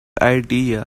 idea